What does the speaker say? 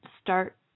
start